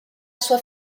sua